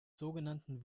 sogenannten